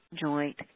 joint